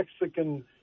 Mexican